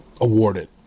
awarded